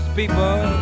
people